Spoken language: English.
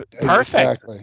Perfect